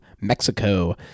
Mexico